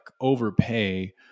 overpay